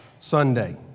Sunday